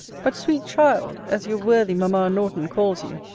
but, sweet child! as your worthy mamma norton calls you,